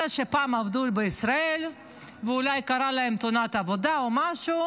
שפעם עבדו בישראל ואולי קרתה להם תאונת עבודה או משהו,